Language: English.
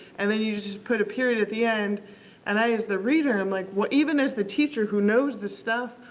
and, then you just put a period the end and i as the reader am like, well even as the teacher who knows the stuff,